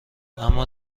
اما